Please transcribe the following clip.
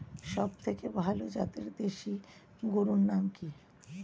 সবথেকে ভালো জাতের দেশি গরুর নাম কি?